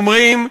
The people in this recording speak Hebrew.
הם אומרים,